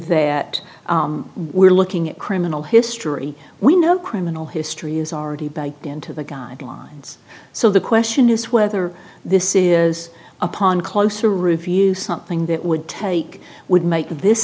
that we're looking at criminal history we know criminal history is already back into the guidelines so the question is whether this is upon closer review something that would take would make this